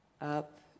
Up